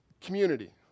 community